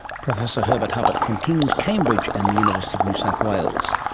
professor herbert huppert from king's cambridge and the university of new south wales